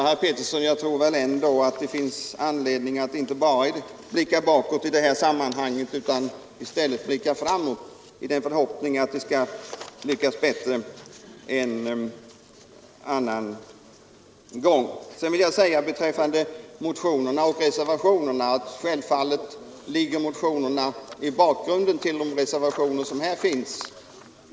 Jag tror ändå, herr Arne Pettersson, att det finns anledning att inte bara blicka bakåt i det här sammanhanget utan i stället blicka framåt i den förhoppningen att det skall lyckas bättre en annan gång. Beträffande motionerna och reservationerna vill jag anföra att motionerna självfallet ligger i bakgrunden till de reservationer som fogats till utskottets betänkande.